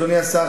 אדוני השר,